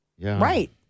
Right